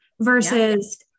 versus